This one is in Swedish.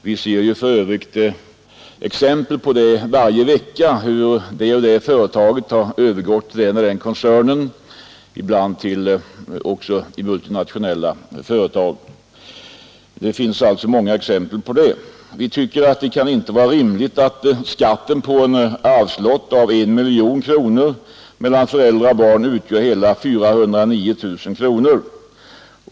Vi ser för övrigt varje vecka exempel på hur det och det företaget har övergått till den eller den koncernen — ibland också till multinationella företag. Det kan inte vara rimligt att skatten på en arvslott av 1 miljon kronor mellan föräldrar och barn utgör hela 409 000 kronor.